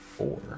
Four